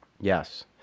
Yes